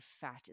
fat